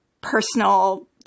personal